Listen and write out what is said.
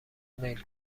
میل